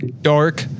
dark